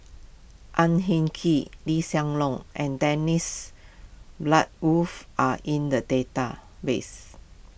Ang Hin Kee Lee Hsien Loong and Dennis Bloodworth are in the database